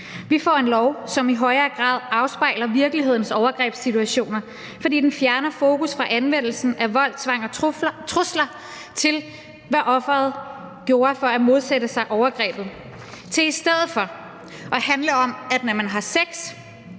Vi får en lov, som i højere grad afspejler virkelighedens overgrebssituationer, fordi den fjerner fokus fra anvendelsen af vold, tvang og trusler, og hvad offeret gjorde for at modsætte sig overgrebet, til i stedet for at handle om, at når man har sex,